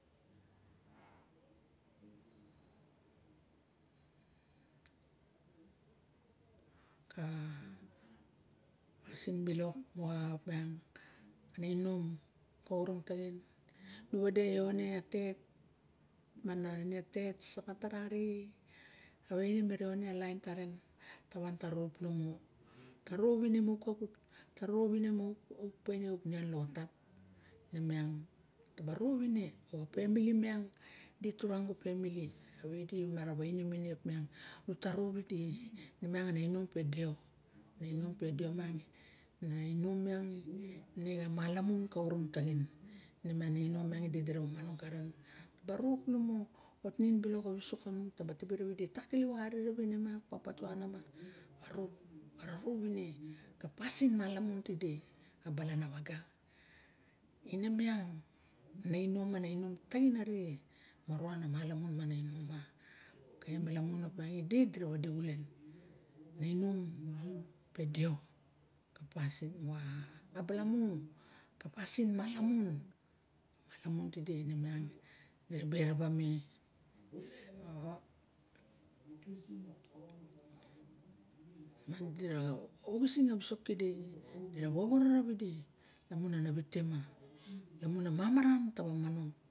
Ka e sen bilok moxa opiang a orong taxin nu wade ione a tet mana ine a tet saxatara arixe a waine inom paren tawan ta rop luo ta rop ma uk kaxat ta rop ine ma uk nion moxa loxotap nemiang taa rop ine pemili miang de turangu pemili kave di mana wame mine opiang nu ta rop idi ne miang ara inom pe deo ra inom pe seo miang ana inom miang in xa malamu ka orong taxin in miang ana inon miang dura ba monong karen ta rop lumo otnin silok a wisok kanung tabo tibe rawidi ta kiliwo ari rawine ine miang a patuana manima ero pine ka pasin malamun tide xa balanawaga in miang mana inom ana inom taxin arixe morowa na malamun mana mon ma ok malamun ide dira wade xuren na inom pre deo pasin moxa abalamu pasin malamun malamun tide nemiang dira a eraba me miang dira oxising a wisok kide fira wowono rawidi lamun a wite ma lamun a mamaran taba manong